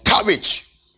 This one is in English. courage